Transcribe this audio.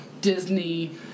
Disney